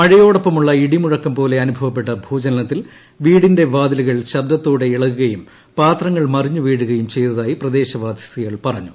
മഴയോടൊപ്പമുള്ള ഇടിമുഴക്കം പോലെ അനുഭവപ്പെട്ട ഭൂചലനത്തിൽ വീടിന്റെ വാതിലുകൾ ശബ്ദത്തോടെ ഇളകുകയും പാത്രങ്ങൾ മറിഞ്ഞു വീഴുകയും ചെയ്തതായി പ്രദേശവാസികൾ പറഞ്ഞു